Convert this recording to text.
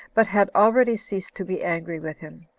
but had already ceased to be angry with him.